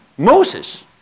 Moses